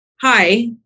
hi